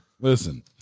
Listen